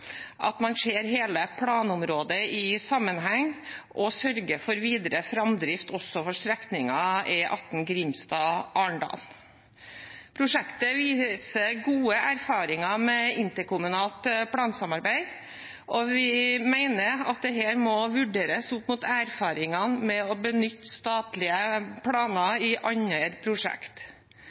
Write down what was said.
at man ser hele planområdet i sammenheng og sørger for videre framdrift også for strekningen E18 Grimstad–Arendal. Prosjektet viser gode erfaringer med interkommunalt plansamarbeid, og vi mener at dette må vurderes opp mot erfaringene med å benytte statlige planer i andre